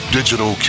Digital